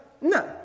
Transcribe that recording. No